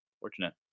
Fortunate